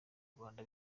rwanda